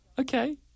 okay